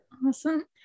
Awesome